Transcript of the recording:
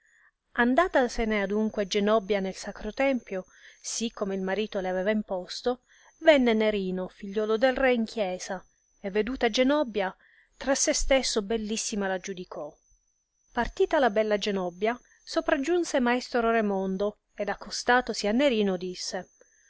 pareva andatasene adunque genobbia nel sacro tempio sì come il marito le aveva imposto venne nerino figliuolo del re in chiesa e veduta genobbia tra se stesso bellissima la giudicò partita la bella genobbia sopragiunse maestro raimondo ed accostatosi a nerino disse